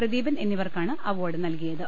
പ്രദീപൻ എന്നിവർക്കാണ് അവാർഡ് നൽകിയത്